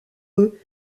eux